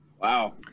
Wow